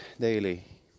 daily